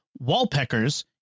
wallpeckers